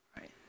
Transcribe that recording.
Right